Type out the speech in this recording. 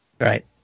right